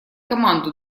команду